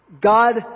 God